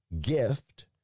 gift